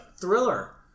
Thriller